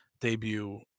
debut